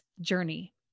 journey